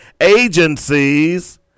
agencies